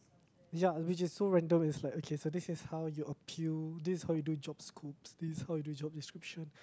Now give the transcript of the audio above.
ya which is so random is like okay so this is how you appeal this is how you do job scopes this is how you do job description